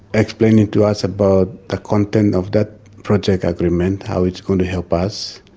explain it to us about the content of that project agreement how it's going to help us.